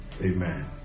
Amen